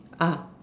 ah